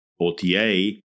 OTA